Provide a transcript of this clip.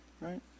right